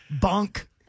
bunk